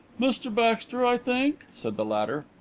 mr baxter, i think? said the latter.